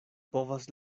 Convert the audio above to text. povas